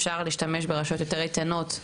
אז אפשרת להשתמש ברשויות יותר איתנות,